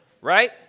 Right